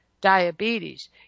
diabetes